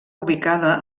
ubicada